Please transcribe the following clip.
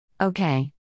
Okay